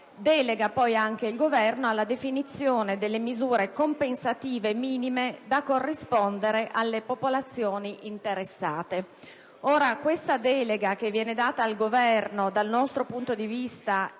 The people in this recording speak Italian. delega altresì il Governo alla definizione delle misure compensative minime da corrispondere alle popolazioni interessate. Questa delega che viene data al Governo - dal nostro punto di vista,